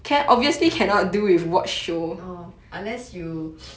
orh unless you